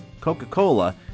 Coca-Cola